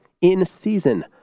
in-season